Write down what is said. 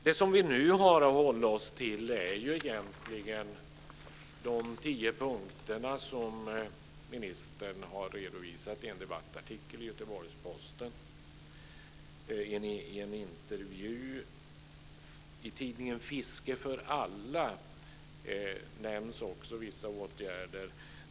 Det vi nu har att hålla oss till är egentligen de tio punkter som ministern har redovisat i en debattartikel i Göteborgs Posten. I en intervju i tidningen Fiske för Alla nämns också vissa åtgärder.